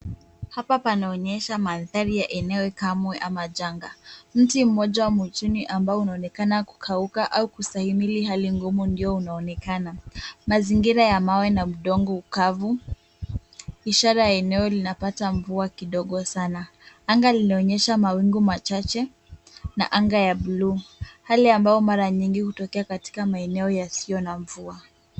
Hapa panaonyesha mandhari ya eneo kamwe ama janga. Mti mmoja umo chini ambao unaonekana kukauka au kustahimili hali ngumu ndio unaonekana. Mazingira ya mawe na udongo mkavu, ishara ya eneo linapata mvua kidogo sana. Anga linaonyesha mawingu machache na anga ya bluu . Hali ambayo mara nyingi hutokea katika maeneo yasiyo na mvua.